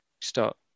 start